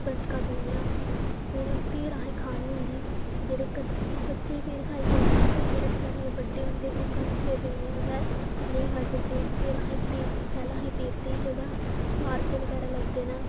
कंजका देनियां फिर फिर अहे्ं खानी होंदी जेह्ड़े बच्चे फिर खाई सकदे न पर जेह्ड़े घरै दे बड्डे होंदे ओह् कंजका देई बगैर नेईं खाई सकदे फिर अस देवतें पैह्लें अस देवतें दी जगह् खारके बगैरा लगदे न